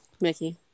Mickey